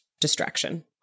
distraction